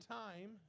time